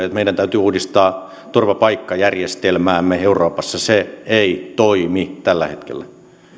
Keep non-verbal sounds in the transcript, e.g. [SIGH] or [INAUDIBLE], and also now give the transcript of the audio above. [UNINTELLIGIBLE] että meidän täytyy uudistaa turvapaikkajärjestelmäämme euroopassa se ei toimi tällä hetkellä